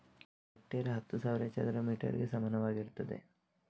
ಒಂದು ಹೆಕ್ಟೇರ್ ಹತ್ತು ಸಾವಿರ ಚದರ ಮೀಟರ್ ಗೆ ಸಮಾನವಾಗಿರ್ತದೆ